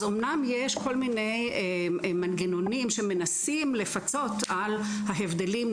אז אמנם יש כל מיני מנגנונים שמנסים לפצות על ההבדלים,